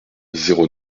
zéro